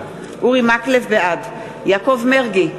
בעד יעקב מרגי,